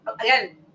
again